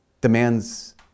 demands